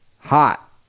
Hot